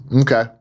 Okay